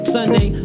Sunday